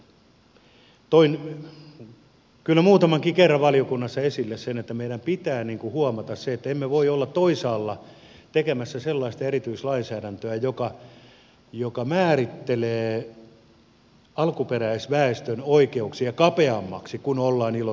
toin kyllä muutamankin kerran valiokunnassa esille sen että meidän pitää huomata se että emme voi olla toisaalla tekemässä sellaista erityislainsäädäntöä joka määrittelee alkuperäisväestön oikeuksia kapeammaksi kuin ollaan ilo sopimuksessa myöntämässä